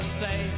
say